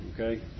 okay